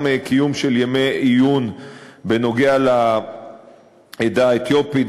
גם קיום של ימי עיון בנוגע לעדה האתיופית,